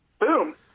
boom